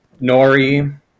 Nori